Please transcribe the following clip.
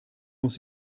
muss